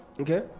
Okay